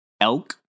Elk